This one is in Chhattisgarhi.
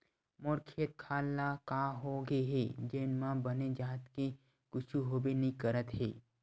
मोर खेत खार ल का होगे हे जेन म बने जात के कुछु होबे नइ करत हे